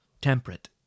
Temperate